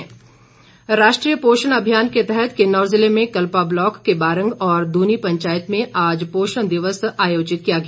पोषण अभियान राष्ट्रीय पोषण अभियान के तहत किन्नौर ज़िले में कल्पा ब्लॉक के बारंग और द्रनी पंचायत में आज पोषण दिवस आयोजित किया गया